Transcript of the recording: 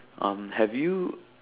um have you